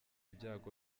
ibyago